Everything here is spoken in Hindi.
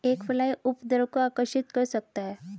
एक फ्लाई उपद्रव को आकर्षित कर सकता है?